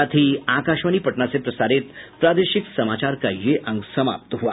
इसके साथ ही आकाशवाणी पटना से प्रसारित प्रादेशिक समाचार का ये अंक समाप्त हुआ